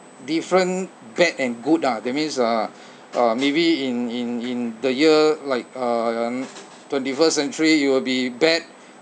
different bad and good ah that means uh uh maybe in in in the year like uh twenty first century it will be bad